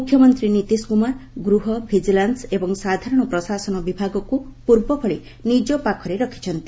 ମୁଖ୍ୟମନ୍ତ୍ରୀ ନୀତିଶ କୁମାର ଗୃହ ଭିଜିଲାନସ୍ ଏବଂ ସାଧାରଣ ପ୍ରଶାସନ ବିଭାଗକୁ ପୂର୍ବଭଳି ନିଜ ପାଖରେ ରଖିଛନ୍ତି